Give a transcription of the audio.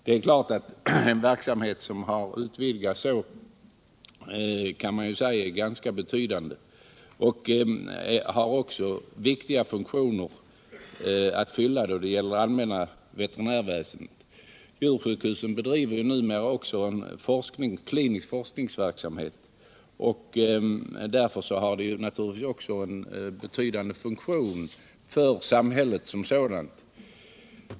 Det är klart att en verksamhet som har utvidgats så kan sägas vara ganska betydande. Och den har också viktiga funktioner att fylla då det gäller det allmänna veterinärväsendet. Djursjukhusen bedriver numera också klinisk forskningsverksamhet, och därför fyller de naturligtvis en betydande funktion för samhället som sådant.